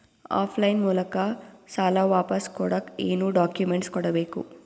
Of line ಮೂಲಕ ಸಾಲ ವಾಪಸ್ ಕೊಡಕ್ ಏನು ಡಾಕ್ಯೂಮೆಂಟ್ಸ್ ಕೊಡಬೇಕು?